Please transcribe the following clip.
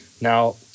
Now